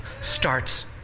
starts